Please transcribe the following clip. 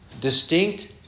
distinct